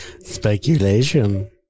Speculation